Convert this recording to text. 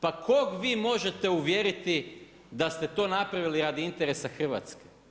Pa kog vi možete uvjeriti da ste to napravili radi interesa Hrvatske.